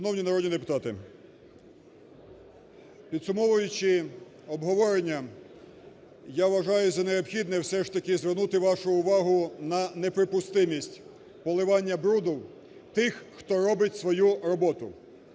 Шановні народні депутати, підсумовуючи обговорення, я вважаю за необхідне все ж таки звернути вашу увагу на неприпустимість поливання бруду тих, хто робить свою роботу.